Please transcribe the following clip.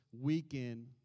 weekend